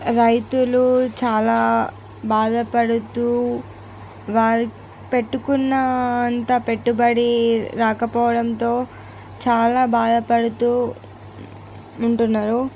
రైతులు చాలా బాధపడుతూ వారికి పెట్టుకున్న అంతా పెట్టుబడి రాకపోవడంతో చాలా బాధపడుతూ ఉంటున్నారు